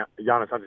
Giannis